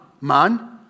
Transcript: man